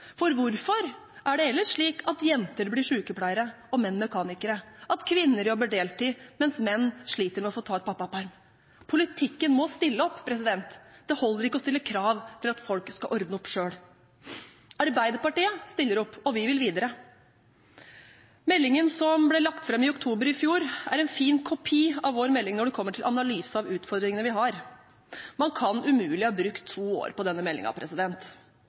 For hvorfor er det ellers slik at jenter blir sykepleiere og menn mekanikere, at kvinner jobber deltid, mens menn sliter med å få ta ut pappaperm? Politikken må stille opp, det holder ikke å stille krav til at folk skal ordne opp selv. Arbeiderpartiet stiller opp, og vi vil videre. Meldingen som ble lagt fram i oktober i fjor, er en fin kopi av vår melding når det kommer til analyse av utfordringene vi har. Man kan umulig ha brukt to år på denne